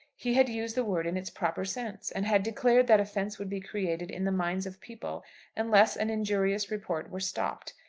he had used the word in its proper sense and had declared that offence would be created in the minds of people unless an injurious report were stopped.